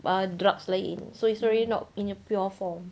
err drugs lain so it's already not in a pure form